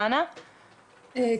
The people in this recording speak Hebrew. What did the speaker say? שלום.